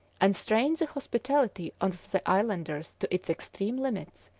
and strained the hospitality of the islanders to its extreme limits,